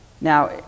Now